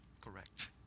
correct